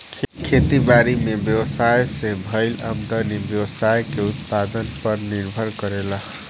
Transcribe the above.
खेती बारी में व्यवसाय से भईल आमदनी व्यवसाय के उत्पादन पर निर्भर करेला